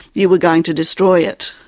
you were going to destroy it,